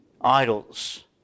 idols